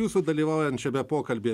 jūsų dalyvaujančiame pokalbyje